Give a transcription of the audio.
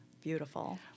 beautiful